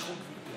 יש חוק, גברתי.